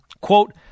quote